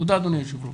תודה אדוני היושב ראש.